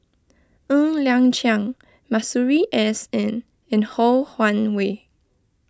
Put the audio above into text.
Ng Liang Chiang Masuri S N and Ho Wan Hui